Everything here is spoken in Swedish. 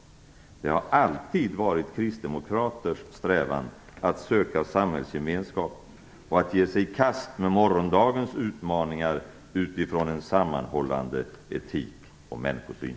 Det har alltid varit kristdemokraters strävan att söka samhällsgemenskap och att ge sig i kast med morgondagens utmaningar utifrån en sammanhållande etik och människosyn.